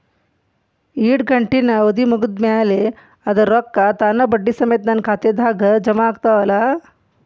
ಇಡಗಂಟಿನ್ ಅವಧಿ ಮುಗದ್ ಮ್ಯಾಲೆ ಅದರ ರೊಕ್ಕಾ ತಾನ ಬಡ್ಡಿ ಸಮೇತ ನನ್ನ ಖಾತೆದಾಗ್ ಜಮಾ ಆಗ್ತಾವ್ ಅಲಾ?